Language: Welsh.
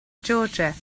georgia